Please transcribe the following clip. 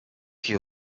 che